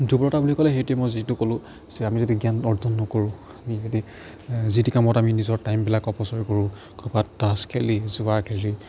দুৰ্বলতা বুলি ক'লে সেইটোৱে মই যিটো কলোঁ যে আমি যদি জ্ঞান অৰ্জন নকৰোঁ আমি যদি যি তি কামত আমি নিজৰ টাইমবিলাক অপচয় কৰোঁ ক'ৰবাত টাছ খেলি জোৱা খেলি